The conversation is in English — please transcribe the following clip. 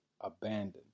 abandoned